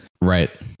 Right